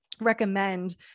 recommend